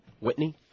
Whitney